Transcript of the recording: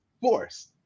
force